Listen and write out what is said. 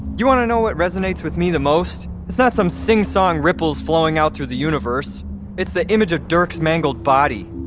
you wanna know what resonates with me the most? it's not some sing-song ripples flowing out through the universe it's the image of dirk's mangled body.